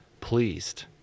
pleased